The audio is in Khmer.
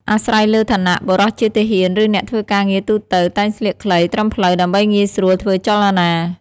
អាស្រ័យលើឋានៈ បុរសជាទាហាន ឬអ្នកធ្វើការងារទូទៅ តែងស្លៀកខ្លីត្រឹមភ្លៅដើម្បីងាយស្រួលធ្វើចលនា។